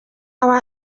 aho